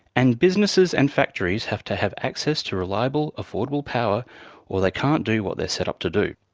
and businesses and factories have to have access to reliable, affordable power or they can't do what they're set up to do.